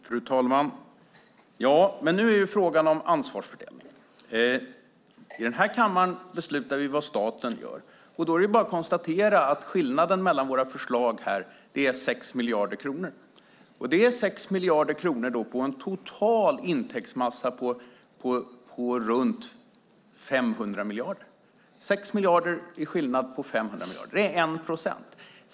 Fru talman! Frågan gäller ansvarsfördelning. Här i kammaren beslutar vi vad staten ska göra. Skillnaden mellan våra förslag är 6 miljarder kronor. Det är 6 miljarder på en total intäktsmassa på runt 500 miljarder, alltså ca 1 procent.